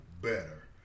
better